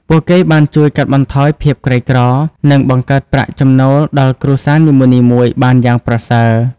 ពួកគេបានជួយកាត់បន្ថយភាពក្រីក្រ និងបង្កើតប្រាក់ចំណូលដល់គ្រួសារនីមួយៗបានយ៉ាងប្រសើរ។